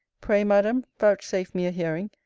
pray, madam, vouchsafe me a hearing,